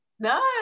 No